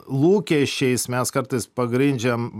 lūkesčiais mes kartais pagrindžiam